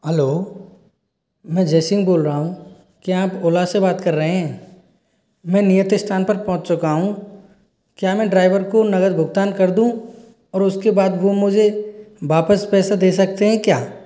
hello मैं जय सिंह बोल रहा हूँ क्या आप ओला से बात कर रहे हैं मैं नियत स्थान पर पहुँच चुका हूँ क्या मैं ड्राइवर को नकद भुगतान कर दूँ और उसके बाद वो मुझे वापस पैसे दे सकते हैं क्या